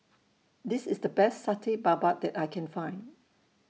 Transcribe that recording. This IS The Best Satay Babat that I Can Find